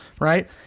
Right